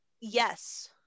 Yes